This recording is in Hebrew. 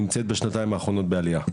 בשנתיים האחרונות בעליה.